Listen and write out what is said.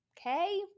Okay